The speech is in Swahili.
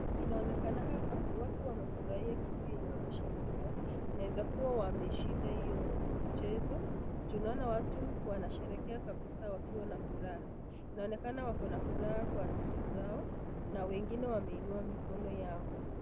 Inaonekana hapa watu wamefurahia kitu yenye wanasherehekea. Inaeza kuwa wameshinda hiyo mchezo, juu naona watu wanasherehekea kabisa wakiwa na furaha. Inaonekana wako na furaha kwa nyuso zao na wengine wameinua mikono yao.